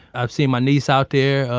i've seen my niece out there,